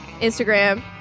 Instagram